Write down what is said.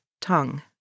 tongue